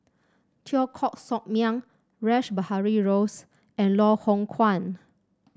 Teo Koh Sock Miang Rash Behari Rose and Loh Hoong Kwan